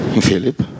Philip